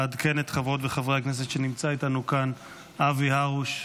אעדכן את חברות וחברי הכנסת שנמצא איתנו כאן אבי הרוש,